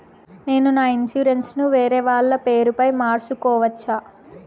నేను నా ఇన్సూరెన్సు ను వేరేవాళ్ల పేరుపై మార్సుకోవచ్చా?